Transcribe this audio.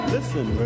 Listen